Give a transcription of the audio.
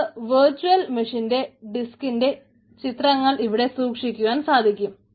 നമുക്ക് വെർച്ച്വൽ മെഷ്യൻന്റെ ഡിസ്കിന്റെ ചിത്രങ്ങൾ ഇവിടെ സൂക്ഷിക്കുവാൻ സാധിക്കും